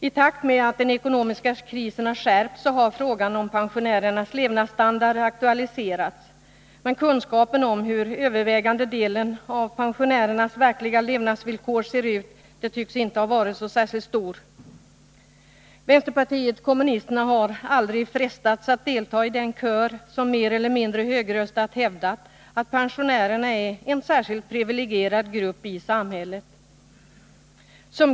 I takt med att den ekonomiska krisen skärpts har frågan om pensionärernas levnadsstandard aktualiserats. Men kunskapen om hur de verkliga levnadsvillkoren för den övervägande delen av pensionärerna ser ut tycks inte ha varit särskilt stor. Vänsterpartiet kommunisterna har aldrig frestats att delta i den kör som mer eller mindre högröstat hävdat att pensionärerna är en särskilt privilegierad grupp i samhället.